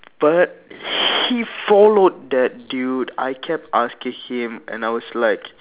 but he followed that dude I kept asking him and I was like